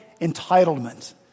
entitlement